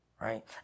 right